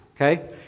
okay